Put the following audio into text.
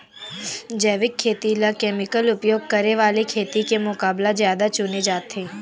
जैविक खेती ला केमिकल उपयोग करे वाले खेती के मुकाबला ज्यादा चुने जाते